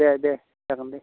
दे दे जागोन दे